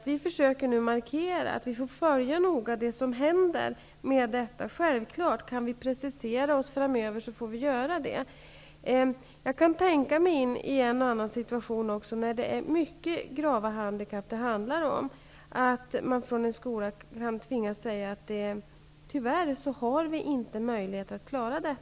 Vi försöker nu markera att vi noga skall följa det som händer. Kan vi precisera oss framöver, får vi självfallet göra det. Jag kan tänka mig situationer då det handlar om mycket grava handikapp och då en viss skola kan tvingas säga att man tyvärr inte har möjlighet att klara av det.